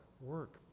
work